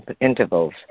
intervals